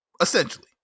Essentially